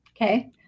Okay